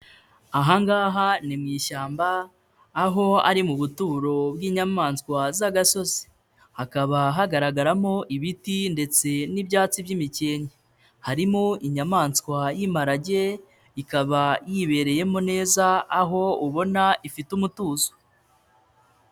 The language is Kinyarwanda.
Aha ngaha ni mu ishyamba aho ari mu buturo bw'inyamaswa z'agasozi, hakaba hagaragaramo ibiti ndetse n'ibyatsi by'imikenke harimo inyamaswa y'imparage ikaba yibereyemo neza aho ubona ifite umutuzo.